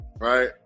right